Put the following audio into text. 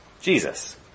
Jesus